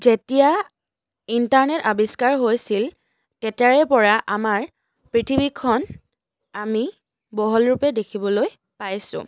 যেতিয়া ইণ্টাৰনেট আবিষ্কাৰ হৈছিল তেতিয়াৰে পৰা আমাৰ পৃথিৱীখন আমি বহলৰূপে দেখিবলৈ পাইছোঁ